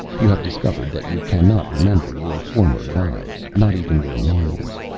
you have discovered that you cannot remember your former lives not even your names.